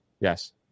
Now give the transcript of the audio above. Yes